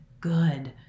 good